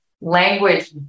language